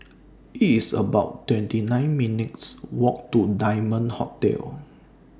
It's about twenty nine minutes' Walk to Diamond Hotel